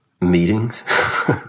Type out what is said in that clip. Meetings